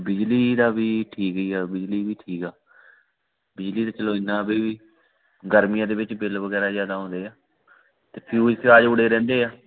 ਬਿਜਲੀ ਦਾ ਵੀ ਠੀਕ ਹੀ ਆ ਬਿਜਲੀ ਵੀ ਠੀਕ ਆ ਬਿਜਲੀ ਤਾਂ ਚਲੋ ਇੰਨਾਂ ਵੀ ਗਰਮੀਆਂ ਦੇ ਵਿੱਚ ਬਿੱਲ ਵਗੈਰਾ ਜ਼ਿਆਦਾ ਆਉਂਦੇ ਆ ਅਤੇ ਫਿਊਜ਼ ਫਿਆਜ਼ ਉੜੇ ਰਹਿੰਦੇ ਆ